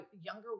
younger